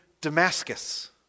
Damascus